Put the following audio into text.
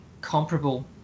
comparable